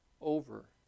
over